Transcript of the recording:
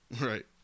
Right